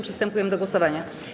Przystępujemy do głosowania.